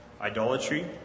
idolatry